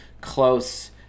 close